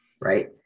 right